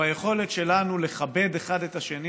ביכולת שלנו לכבד אחד את השני